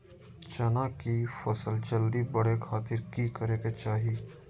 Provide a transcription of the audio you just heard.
चना की फसल जल्दी बड़े खातिर की करे के चाही?